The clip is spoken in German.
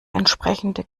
entsprechende